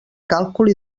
càlcul